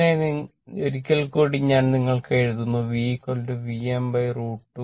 അതിനാൽ ഒരിക്കൽ കൂടി ഞാൻ നിങ്ങൾക്കായി എഴുതുന്നു V Vm √ 2